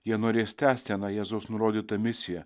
jie norės tęsti aną jėzaus nurodytą misiją